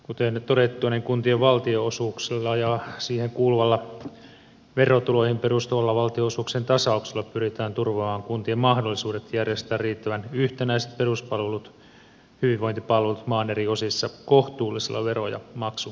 kuten todettua niin kuntien valtionosuuksilla ja niihin kuuluvalla verotuloihin perustuvalla valtionosuuksien tasauksella pyritään turvaamaan kuntien mahdollisuudet järjestää riittävän yhtenäiset peruspalvelut hyvinvointipalvelut maan eri osissa kohtuullisella vero ja maksutasolla